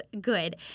good